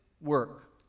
work